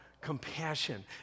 compassion